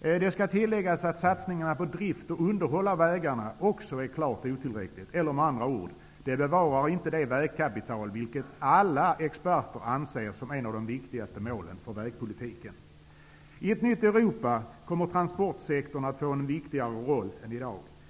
Det skall tilläggas att satsningarna på drift och underhåll av vägarna också är klart otillräckliga. Med andra ord bevarar de inte vägkapitalet, vilket alla experter anser vara ett av de viktigaste målen för vägpolitiken. I ett nytt Europa kommer transportsektorn att få en viktigare roll än i dag.